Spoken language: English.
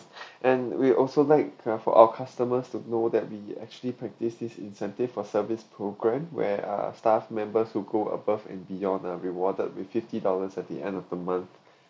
and we also like uh for our customers to know that we actually practice this incentive for service program where are staff members who go above and beyond are rewarded with fifty dollars at the end of the month